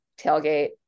Tailgate